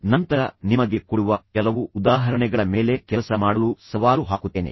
ತದನಂತರ ನಿಮಗೇ ಕೊಡುವ ಕೆಲವು ಉದಾಹರಣೆಗಳ ಮೇಲೆ ಕೆಲಸ ಮಾಡಲು ನಾನು ನಿಮಗೆ ಸವಾಲು ಹಾಕುತ್ತೇನೆ